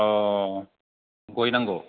गय नांगौ